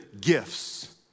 gifts